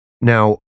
Now